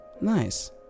Nice